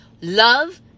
love